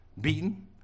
beaten